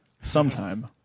sometime